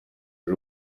ejo